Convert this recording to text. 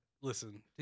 Listen